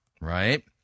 Right